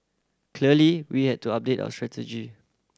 clearly we had to update our strategy